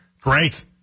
Great